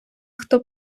хто